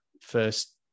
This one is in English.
first